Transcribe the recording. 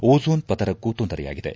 ozone ಪದರಕ್ಕೂ ತೊಂದರೆಯಾಗಿದೆ